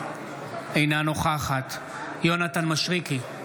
אינה נוכחת יונתן מישרקי,